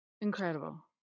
Incredible